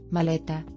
Maleta